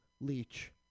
leech